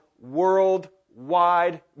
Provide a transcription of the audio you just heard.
worldwide